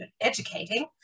educating